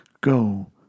Go